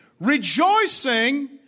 rejoicing